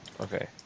Okay